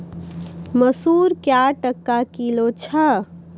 मसूर क्या टका किलो छ?